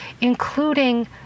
including